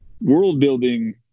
world-building